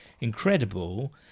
incredible